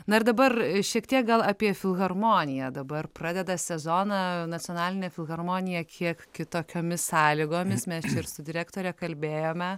na ir dabar šiek tiek gal apie filharmoniją dabar pradeda sezoną nacionalinė filharmonija kiek kitokiomis sąlygomis mes čia ir su direktore kalbėjome